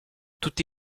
tutti